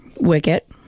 Wicket